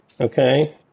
Okay